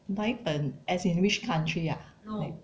buy 粉 as in which country ah like